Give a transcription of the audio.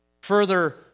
Further